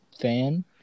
fan